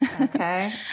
Okay